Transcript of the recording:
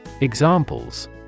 examples